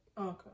Okay